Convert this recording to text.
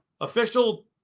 official